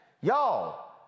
Y'all